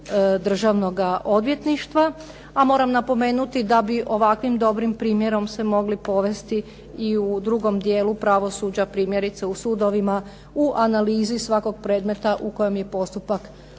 državnoga odvjetništva a moram napomenuti da bi ovakvim dobrim primjerom se mogli povesti i u drugom dijelu pravosuđa primjerice u sudovima u analizi svakog predmeta u kojem postupak